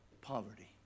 poverty